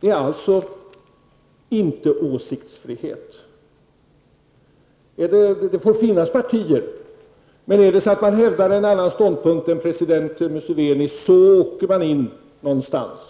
Det handlar alltså inte om åsiktsfrihet. Det får finnas olika partier. Men den som hävdar en annan ståndpunkt än den som president Musuveni har åker så att säga in någonstans.